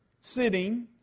sitting